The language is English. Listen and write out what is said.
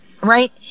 Right